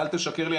אל תשקר לי,